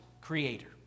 creator